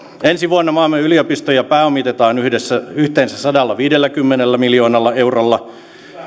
ensi vuonna maamme yliopistoja pääomitetaan yhteensä sadallaviidelläkymmenellä miljoonalla eurolla